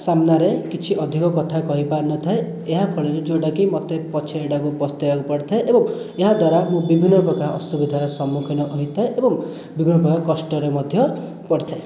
ସାମ୍ନାରେ କିଛି ଅଧିକ କଥା କହି ପାରିନଥାଏ ଏହାଫଳରେ ଯେଉଁଟା କି ମୋତେ ପଛରେ ଏହିଟାକୁ ପସ୍ତାଇବାକୁ ପଡ଼ିଥାଏ ଏବଂ ଏହାଦ୍ଵାରା ମୁଁ ବିଭିନ୍ନ ପ୍ରକାର ଅସୁବିଧାରେ ସମ୍ମୁଖୀନ ହୋଇଥାଏ ଏବଂ ବିଭିନ୍ନ ପ୍ରକାର କଷ୍ଟରେ ମଧ୍ୟ ପଡ଼ିଥାଏ